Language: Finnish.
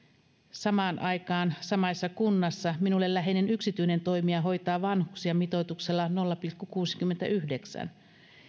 samaan aikaan samassa kunnassa minulle läheinen yksityinen toimija hoitaa vanhuksia mitoituksella nolla pilkku kuusikymmentäyhdeksän